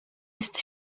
jest